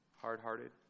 Hard-hearted